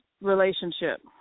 relationship